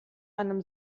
einem